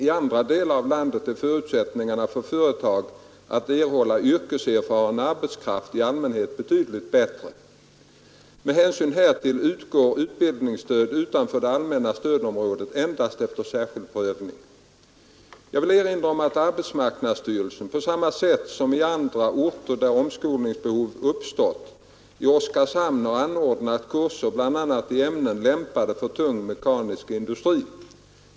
I andra delar av landet är förutsättningarna för företagen att erhålla yrkeserfaren arbetskraft i allmänhet betydligt bättre. Med hänsyn härtill utgår utbildningsstöd utanför det allmänna stödområdet endast efter särskild prövning. Jag vill erinra om att arbetsmarknadsstyrelsen — på samma sätt som i andra orter där omskolningsbehov uppstått — i Oskarshamn har anordnat kurser, bl.a. i ämnen lämpade för tung mekanisk industri.